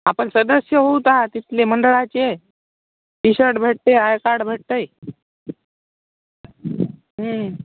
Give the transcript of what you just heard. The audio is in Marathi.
आपण सदस्य होऊत आहे तिथले मंडळाचे टी शर्ट भेटते आय कार्ड भेटतंय